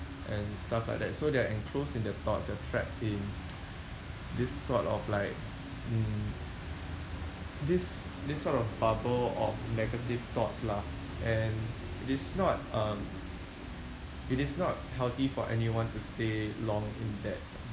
and stuff like that so they're enclosed in their thoughts they're trapped in this sort of like mm this this sort of bubble of negative thoughts lah and it's not um it is not healthy for anyone to stay long in that